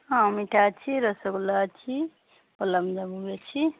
ହଁ ମିଠା ଅଛି ରସଗୋଲା ଅଛି ଗୋଲାପଜାମୁ ବି ଅଛି